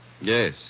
Yes